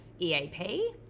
EAP